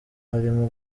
harimo